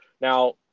Now